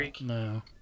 No